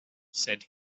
said